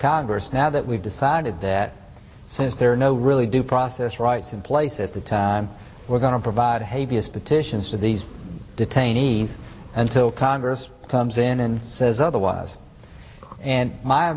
congress now that we've decided that since there are no really due process rights in place at the time we're going to provide havey as petitions for these detainees until congress comes in and says otherwise and